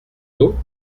d’eau